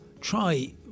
try